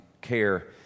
care